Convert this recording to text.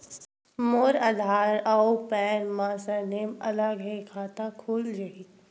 मोर आधार आऊ पैन मा सरनेम अलग हे खाता खुल जहीं?